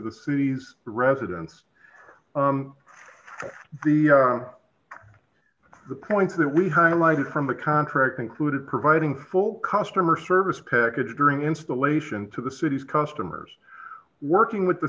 city's residents the the points that we highlighted from the contract included providing full customer service package during installation to the city's customers working with the